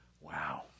Wow